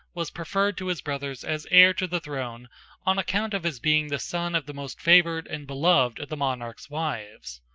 was preferred to his brothers as heir to the throne on account of his being the son of the most favored and beloved of the monarch's wives.